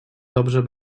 dobrze